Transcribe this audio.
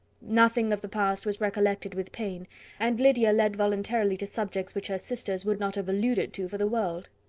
nothing of the past was recollected with pain and lydia led voluntarily to subjects which her sisters would not have alluded to for the world.